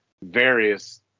various